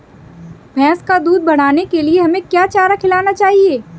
भैंस का दूध बढ़ाने के लिए हमें क्या चारा खिलाना चाहिए?